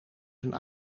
zijn